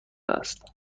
است